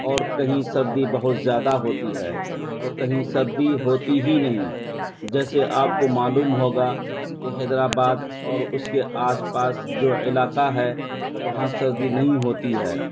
اور کہیں سردی بہت زیادہ ہوتی ہے تو کہیں سردی ہوتی ہی نہیں جیسے آپ کو معلوم ہوگا کہ حیدر آباد اور اس کے آس پاس جو علاقہ ہے وہاں سردی نہیں ہوتی ہے